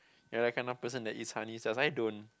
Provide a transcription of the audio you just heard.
you're that kind of person that eats honey stars I don't